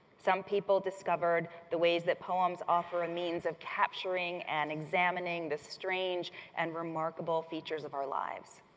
some people discovered the ways that poems offer a means of capturing and examining the strange and remarkable features of our lives.